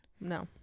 No